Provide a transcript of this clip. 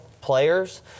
players